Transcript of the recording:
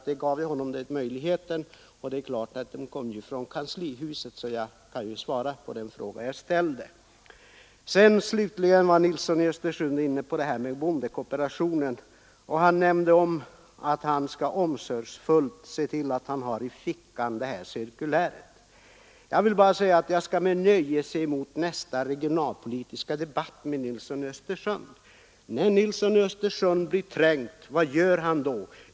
De kom ju från kanslihuset, så jag kan själv svara på den frågan. Herr Nilsson talade om bondekooperationen och nämnde att han omsorgsfullt skall se till att han i sin ficka har det socialdemokratiska cirkuläret. Jag skall med nöje se fram mot nästa regionalpolitiska debatt med herr Nilsson. Vad gör herr Nilsson när han blir trängd?